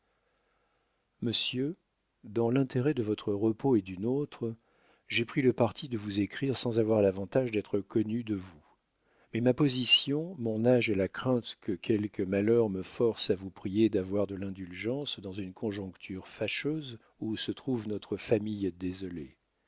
monsieur dans l'intérêt de votre repos et du nôtre j'ai pris le parti de vous écrire sans avoir l'avantage d'être connue de vous mais ma position mon âge et la crainte de quelque malheur me forcent à vous prier d'avoir de l'indulgence dans une conjoncture fâcheuse où se trouve notre famille désolée